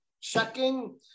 checking